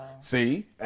See